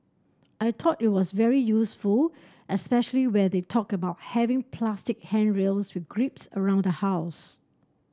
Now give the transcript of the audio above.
I thought it was very useful especially when they talked about having plastic handrails with grips around the house